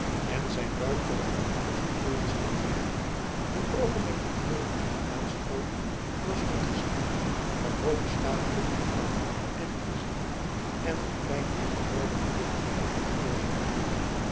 en zijn buik tot zijn afgod verkoren scheen te hebben een oogenblik te voren in een maalstroom was rondgesleept van hooge staatkundige plannen en inzichten en van kleine en verwarde verwikkelingen van allerlei aard